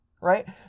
right